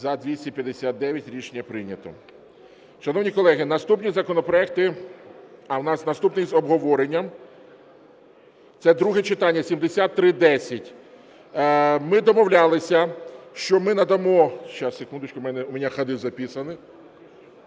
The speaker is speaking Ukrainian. За-259 Рішення прийнято. Шановні колеги, наступні законопроекти… А, в нас наступний з обговоренням, це друге читання, 7310. Ми домовлялися, що ми надамо… Зараз, секундочку, в мене ходи записані…